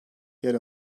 yer